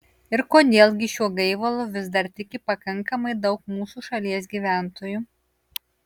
ir kodėl gi šiuo gaivalu vis dar tiki pakankamai daug mūsų šalies gyventojų